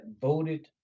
voted